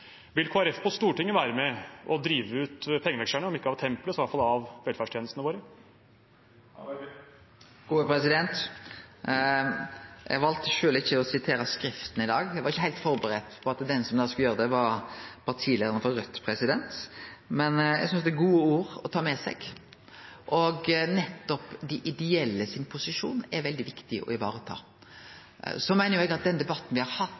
Vil Kristelig Folkeparti på Stortinget være med og drive ut pengevekslerne – om ikke ut av tempelet, så iallfall ut av velferdstjenestene våre? Eg valde sjølv å ikkje sitere skrifta i dag, og eg var ikkje heilt førebudd på at den som skulle gjere det, var partileiaren i Raudt. Men eg synest det er gode ord å ta med seg, og posisjonen til dei ideelle er viktig å vareta. Så meiner eg at den debatten me har hatt,